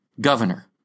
governor